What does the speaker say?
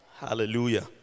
Hallelujah